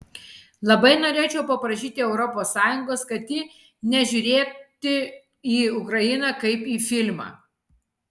labai norėčiau paprašyti europos sąjungos kad ji nežiūrėti į ukrainą kaip į filmą